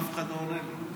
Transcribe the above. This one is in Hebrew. אף אחד לא עונה לי.